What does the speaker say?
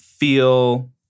feel